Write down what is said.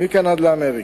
מכאן ועד לאמריקה.